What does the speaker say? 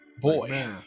boy